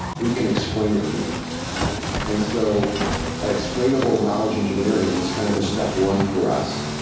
we can explain it to you and so explainable knowledge engineering is kind of the step one for us.